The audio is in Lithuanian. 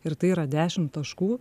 ir tai yra dešimt taškų